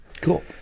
Cool